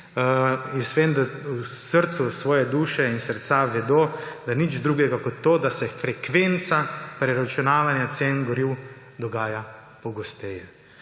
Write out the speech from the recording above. Jaz vem, da iz svoje duše in srca vedo, da nič drugega kot to, da se frekvenca preračunavanja cen goriv dogaja pogosteje.